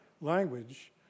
language